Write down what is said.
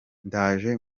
ndaje